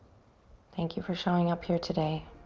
thank you for showing up here today.